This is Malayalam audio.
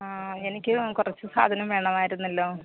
ആ എനിക്ക് കുറച്ച് സാധനം വേണമായിരുന്നല്ലോ